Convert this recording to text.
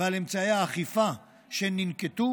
ועל אמצעי האכיפה שננקטו